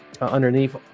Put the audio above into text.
underneath